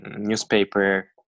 newspaper